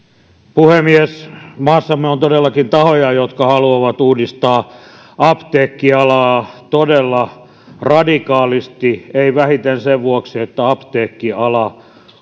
puhemies maassamme on todellakin tahoja jotka haluavat uudistaa apteekkialaa todella radikaalisti ei vähiten sen vuoksi että apteekkiala